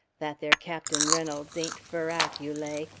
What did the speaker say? that there captain reynolds ain't fur out, you lay.